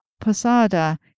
Posada